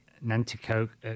Nanticoke